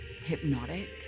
hypnotic